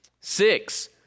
Six